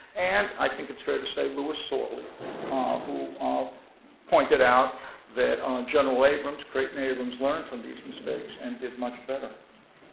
and i think it's fair to say, lewis sorley who um pointed out that general abrams, creighton abrams learned from these mistakes and did much better.